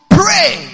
pray